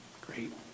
Great